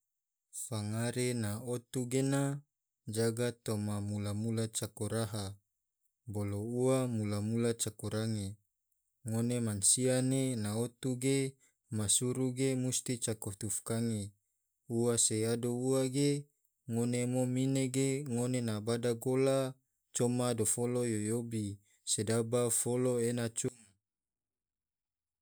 Fangare na otu gena jaga toma mula-mula cako raha, bolo ua cako range, ngone mansia ne na otu ge masuru ge musti cako tufkange, ua se yado ua ge ngone mom ine ge ngone na bada gola coma dofolo yo yobi sedaba folo ena cum.